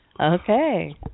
okay